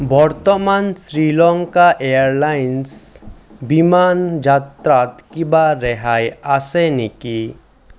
বৰ্তমান শ্ৰীলংকা এয়াৰলাইন্স বিমান যাত্ৰাত কিবা ৰেহাই আছে নেকি